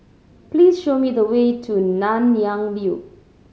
please show me the way to Nanyang View